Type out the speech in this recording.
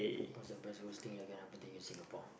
what is the best worst thing that you can happen in Singapore